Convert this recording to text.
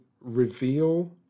reveal